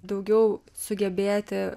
daugiau sugebėti